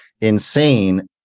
insane